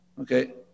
Okay